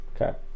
Okay